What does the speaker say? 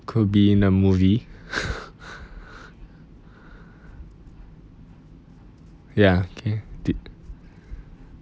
could be in a movie ya kay did